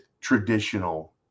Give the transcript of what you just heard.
traditional